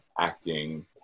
acting